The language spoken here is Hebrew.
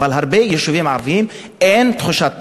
אבל להרבה יישובים ערביים אין תחושת ביטחון.